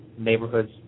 neighborhoods